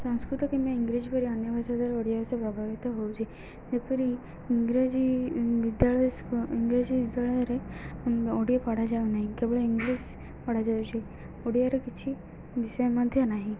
ସାଂସ୍କୃତିକ କିମ୍ବା ଇଂରାଜୀ ପରି ଅନ୍ୟ ଭାଷା ଦ୍ୱାରା ଓଡ଼ିଆ ଭାଷା ପ୍ରଭାବିତ ହେଉଛି ଯେପରି ଇଂରାଜୀ ବିଦ୍ୟାଳୟ ଇଂରାଜୀ ବିଦ୍ୟାଳୟରେ ଓଡ଼ିଆ ପଢ଼ାଯାଉ ନାହିଁ କେବଳ ଇଂଲିଶ ପଢ଼ା ଯାଉଛିି ଓଡ଼ିଆର କିଛି ବିଷୟ ମଧ୍ୟ ନାହିଁ